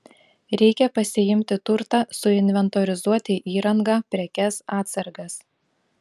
reikia pasiimti turtą suinventorizuoti įrangą prekes atsargas